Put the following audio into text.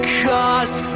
cost